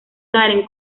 karen